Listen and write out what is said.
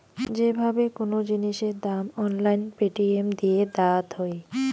যে ভাবে কোন জিনিসের দাম অনলাইন পেটিএম দিয়ে দায়াত হই